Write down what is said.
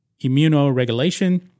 Immunoregulation